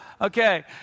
Okay